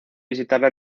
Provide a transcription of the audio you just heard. visitarla